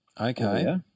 Okay